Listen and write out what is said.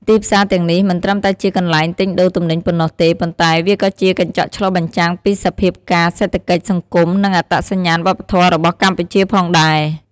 ទីផ្សារទាំងនេះមិនត្រឹមតែជាកន្លែងទិញដូរទំនិញប៉ុណ្ណោះទេ ប៉ុន្តែវាក៏ជាកញ្ចក់ឆ្លុះបញ្ចាំងពីសភាពការណ៍សេដ្ឋកិច្ច សង្គម និងអត្តសញ្ញាណវប្បធម៌របស់កម្ពុជាផងដែរ។